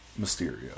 Mysterio